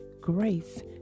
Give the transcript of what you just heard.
grace